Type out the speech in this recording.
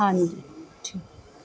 ਹਾਂਜੀ